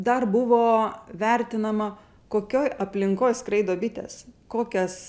dar buvo vertinama kokioj aplinkoj skraido bitės kokias